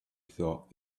thought